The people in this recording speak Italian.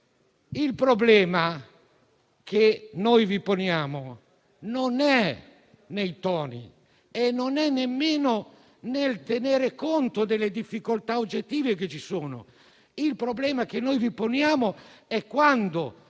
Il problema che noi vi poniamo non è nei toni e nemmeno nel tenere conto delle difficoltà oggettive che ci sono. Il problema che vi poniamo è quando